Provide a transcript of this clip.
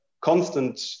constant